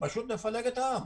פשוט נפלג את העם,